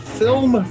film